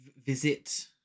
visit